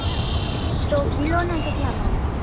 okay તો કિલોના કેટલા ભાવ થાશે